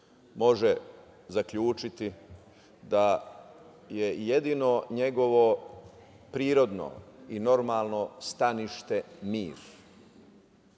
može zaključiti da je jedino njegovo prirodno i normalno stanište mir.